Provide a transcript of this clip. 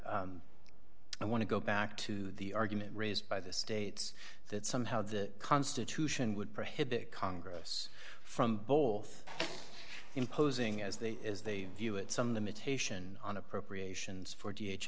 i want to go back to the argument raised by the states that somehow the constitution would prohibit congress from both imposing as they as they view it some limitation on appropriations for